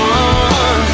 one